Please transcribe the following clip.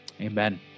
Amen